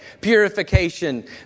purification